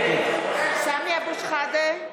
נגד סמי אבו שחאדה,